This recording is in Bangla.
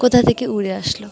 কোথা থেকে উড়ে আসলো